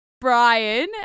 Brian